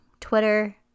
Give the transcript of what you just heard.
twitter